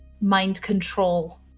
mind-control